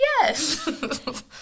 yes